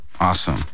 Awesome